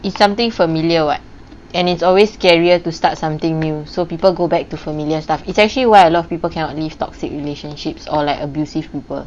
it's something familiar [what] and it's always scarier to start something new so people go back to familiar stuff it's actually why a lot of people cannot leave toxic relationships or like abusive people